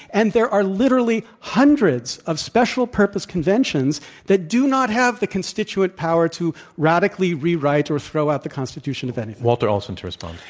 and there are literally hundreds of special purpose conventions that do not have the constituent power to radically re-write or throw out the constitution, if anything. walter olson to respond.